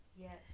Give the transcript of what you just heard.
Yes